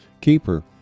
keeper